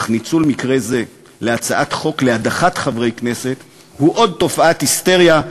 אך ניצול מקרה זה להצעת חוק להדחת חברי כנסת הוא עוד תופעת היסטריה,